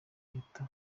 leta